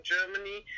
Germany